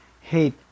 hate